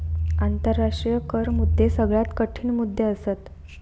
आंतराष्ट्रीय कर मुद्दे सगळ्यात कठीण मुद्दे असत